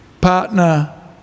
partner